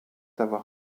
avoir